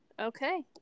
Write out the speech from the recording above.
Okay